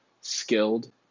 skilled